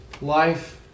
life